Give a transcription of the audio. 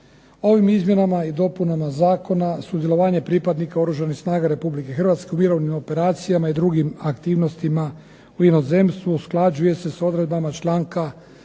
Ovim izmjenama i dopunama zakona sudjelovanje pripadnika Oružanih snaga Republike Hrvatske u mirovnim operacijama i drugim aktivnostima u inozemstvu usklađuje se s odredbama članka